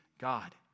God